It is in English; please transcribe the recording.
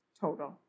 total